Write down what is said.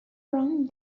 from